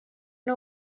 nhw